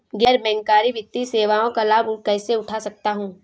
गैर बैंककारी वित्तीय सेवाओं का लाभ कैसे उठा सकता हूँ?